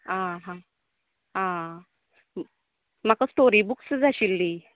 आहा आ आ म्हाका स्टोरी बुक्स जाय आशिल्ली